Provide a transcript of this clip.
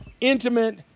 intimate